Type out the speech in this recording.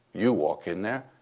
you walk in there,